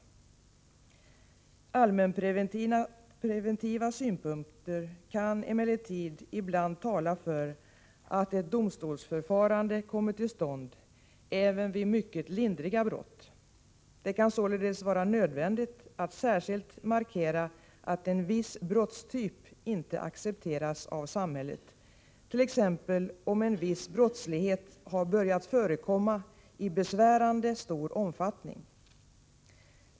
Allmänpreventiva synpunkter kan emellertid ibland tala för att ett domstolsförfarande kommer till stånd även vid mycket lindriga brott. Det kan sålunda vara nödvändigt att särskilt markera att en viss brottstyp inte accepteras av samhället, t.ex. om en viss brottslighet har börjat förekomma i besvärande stor omfattning.